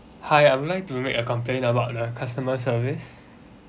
hi I would like to make a complaint about the customer service